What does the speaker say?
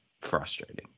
frustrating